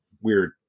weird